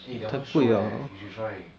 eh that one shiok leh you should try